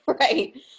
right